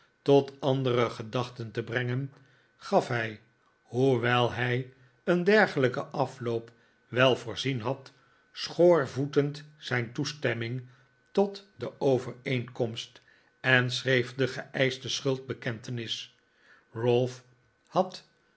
tot andere gedachten te brengen gaf hij hoewel hij een dergelijken afloop wel voorzien had schoorvoetend zijn toestemming tot de overeenkomst en schreef de geeischte schuldbekentenis ralph had